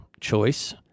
choice